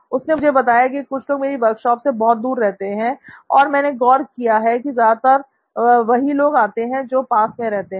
उसने मुझे बताया कि कुछ लोग मेरी वर्कशॉप से बहुत दूर रहते हैं और मैंने गौर किया है की ज्यादा वही लोग आते हैं जो पास में रहते हैं